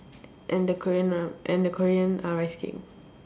and the korean one and the korean uh rice cake